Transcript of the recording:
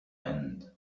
end